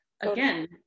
again